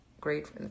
great